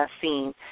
scene